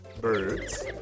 Birds